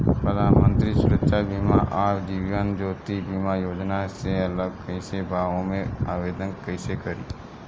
प्रधानमंत्री सुरक्षा बीमा आ जीवन ज्योति बीमा योजना से अलग कईसे बा ओमे आवदेन कईसे करी?